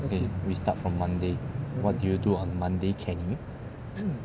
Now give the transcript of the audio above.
we start from monday what do you do on monday ken